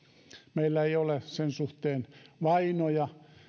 meillä ei ole sen suhteen vainoja